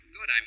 Good